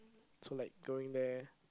to like going there